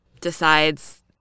decides